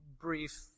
brief